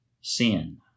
sin